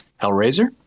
Hellraiser